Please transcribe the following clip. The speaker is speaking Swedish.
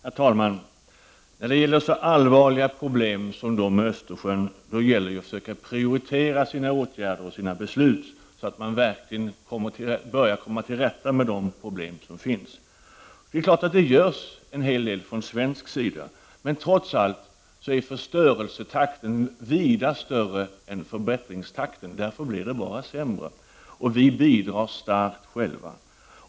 Herr talman! När det gäller så allvarliga problem som de i Östersjön måste man försöka prioritera åtgärder och beslut så att man verkligen börjar komma till rätta med problemen. Det görs självfallet en hel del från svensk sida, men förstörelsetakten är trots allt vida högre än förbättringstakten, och därför blir förhållandena bara sämre. Vi bidrar själva starkt till detta.